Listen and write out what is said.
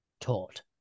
taught